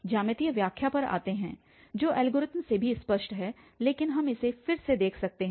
ज्यामितीय व्याख्या पर आते हैं जो एल्गोरिथम से भी स्पष्ट है लेकिन हम इसे फिर से देख सकते हैं